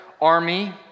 army